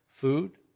Food